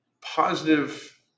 positive